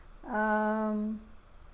um